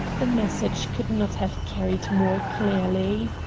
the message could not have carried more clearly.